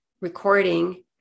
recording